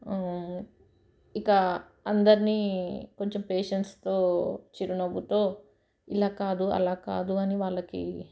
ఇక అందరిని కొంచెం పేషన్స్తో చిరునవ్వుతో ఇలా కాదు అలా కాదు అని వాళ్ళకి